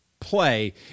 Play